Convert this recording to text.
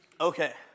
Okay